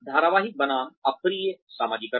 धारावाहिक बनाम अप्रिय समाजीकरण